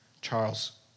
Charles